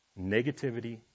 Negativity